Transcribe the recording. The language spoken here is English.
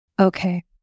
Okay